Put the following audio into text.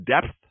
depth